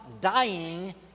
dying